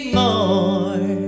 more